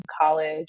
college